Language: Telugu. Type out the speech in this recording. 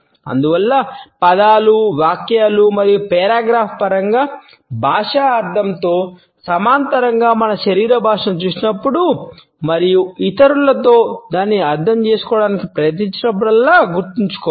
అందువల్ల పదాలు వాక్యాలు మరియు పేరాగ్రాఫ్ల పరంగా భాషా అర్ధంతో సమాంతరంగా మన శరీర భాషను చూసినప్పుడు మరియు ఇతరులలో దానిని అర్థం చేసుకోవడానికి ప్రయత్నించినప్పుడల్లా గుర్తుంచుకోవాలి